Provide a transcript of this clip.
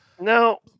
no